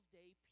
day